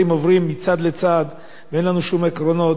עוברים מצד לצד ואין לנו שום עקרונות,